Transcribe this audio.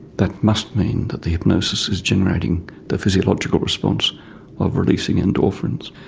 that must mean that the hypnosis is generating the physiological response of releasing endorphins.